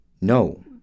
no